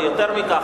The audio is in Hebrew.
ויותר מכך,